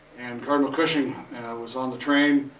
and cardinal cushing was on the train,